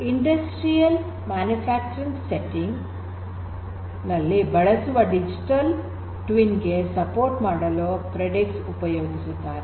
industrial manufacturing setting ನಲ್ಲಿ ಬಳಸುವ digital twin ಗೆ ಸಪೋರ್ಟ್ ಮಾಡಲು ಪ್ರೆಡಿಕ್ಸ್ ಉಪಯೋಗಿಸುತ್ತಾರೆ